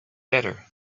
better